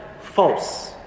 False